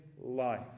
life